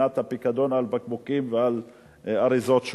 הפיקדון על בקבוקים ועל אריזות שונות.